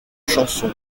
chanson